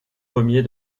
pommier